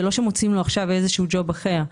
זה לא שמוצאים לו עכשיו איזה ג'וב אחר.